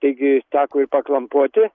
taigi teko klampoti